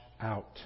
out